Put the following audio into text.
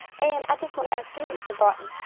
and i just want to ask you mr. broughton,